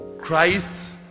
Christ